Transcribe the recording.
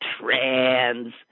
trans